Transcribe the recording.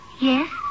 yes